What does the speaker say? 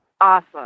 awesome